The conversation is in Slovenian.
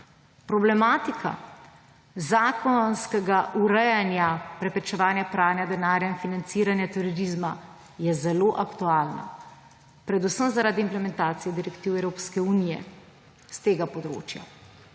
Problematika zakonskega urejanja preprečevanja pranja denarja in financiranja terorizma je zelo aktualna, predvsem zaradi implementacij direktiv Evropske unije s tega področja.